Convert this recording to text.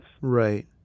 Right